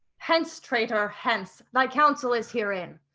hence traitor, hence thy counsel is herein.